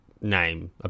name